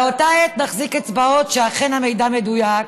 באותה העת נחזיק אצבעות שאכן המידע מדויק.